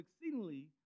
exceedingly